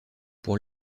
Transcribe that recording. pour